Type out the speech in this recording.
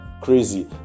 crazy